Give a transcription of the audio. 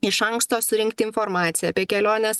iš anksto surinkti informaciją apie kelionės